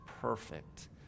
perfect